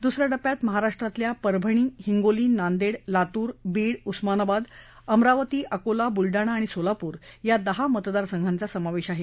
दुस या टप्प्यात महाराष्ट्रातल्या परभणी हिंगोली नांदेड लातूर बीड उस्मानाबाद अमरावती अकोला बुलडाणा आणि सोलापूर या दहा मतदारसंघाचा समावेश आहे